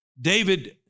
David